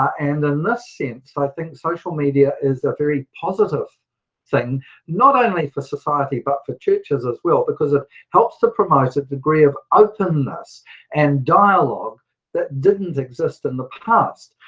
and in this sense i think social media is a very positive thing not only for society but for churches as well, because it ah helps to promote a degree of openness and dialogue that didn't exist in the past.